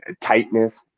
tightness